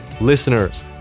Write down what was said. listeners